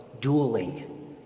dueling